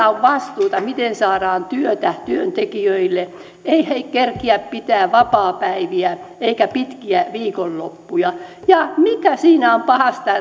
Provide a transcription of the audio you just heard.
on vastuuta miten saadaan työtä työntekijöille eivät he kerkiä pitämään vapaapäiviä eivätkä pitkiä viikonloppuja ja mikä siinä on pahasta